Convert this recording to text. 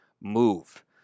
move